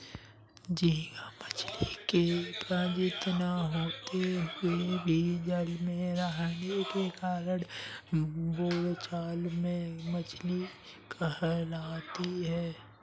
झींगा मछली की प्रजाति न होते हुए भी जल में रहने के कारण बोलचाल में मछली कहलाता है